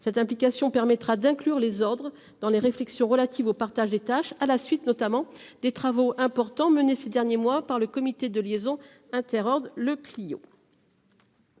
cette implication permettra d'inclure les ordres dans les réflexions relatives au partage des tâches à la suite notamment des travaux importants menées ces derniers mois par le comité de liaison inter-ordres le Clio.